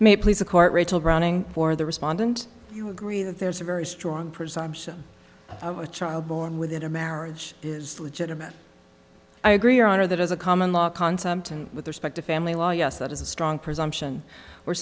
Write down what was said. may please the court rachel running for the respondent do you agree that there's a very strong presumption a child born within a marriage is legitimate i agree honor that as a common law concept and with respect to family law yes that is a strong presumption